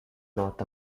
north